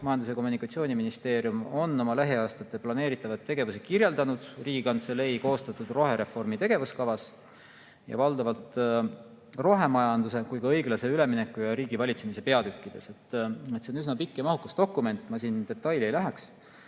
Majandus‑ ja Kommunikatsiooniministeerium on oma lähiaastate planeeritavaid tegevusi kirjeldanud Riigikantselei koostatud rohereformi tegevuskavas ja seal valdavalt rohemajanduse, õiglase ülemineku ja riigivalitsemise peatükkides. See on üsna pikk ja mahukas dokument, ma siin detailidesse ei läheks.